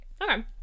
Okay